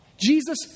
Jesus